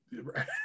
Right